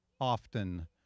often